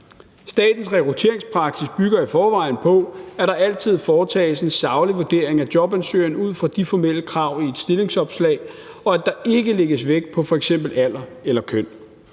Statens rekrutteringspraksis bygger i forvejen på, at der altid foretages en saglig vurdering af jobansøgeren ud fra de formelle krav i et stillingsopslag, og at der ikke lægges vægt på f.eks. alder eller køn,